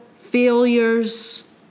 failures